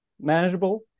manageable